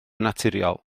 naturiol